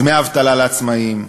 דמי האבטלה לעצמאים,